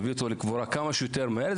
להביא אותו לקבורה כמה שיותר מהר.